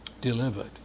Delivered